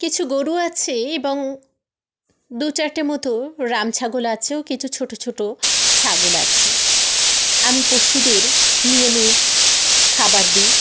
কিছু গরু আছে এবং দু চারটে মতো রাম ছাগল আছেও কিছু ছোটো ছোটো ছাগল আছে আমি পশুদের নিয়মিত খাবার দি